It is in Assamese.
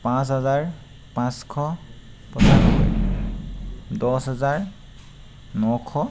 পাঁচ হাজাৰ পাঁচশ দহ হাজাৰ নশ